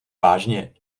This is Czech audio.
vážně